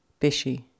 Bishy